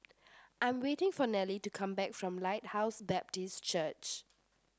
I' am waiting for Nellie to come back from Lighthouse Baptist Church